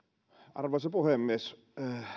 arvoisa puhemies